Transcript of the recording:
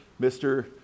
Mr